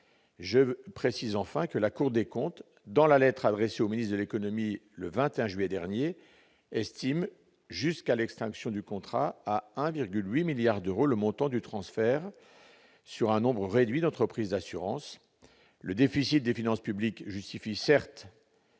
je précise enfin que la Cour des comptes, dans la lettre adressée au ministre de l'économie, le 21 juillet dernier estime jusqu'à l'extinction du contrat à 1,8 milliard d'euros, le montant du transfert sur un nombre réduit d'entreprises d'assurance, le déficit des finances publiques, justifie certes